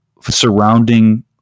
surrounding